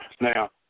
Now